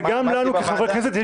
וגם לנו כחברי כנסת,